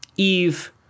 Eve